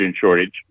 shortage